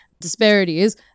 disparities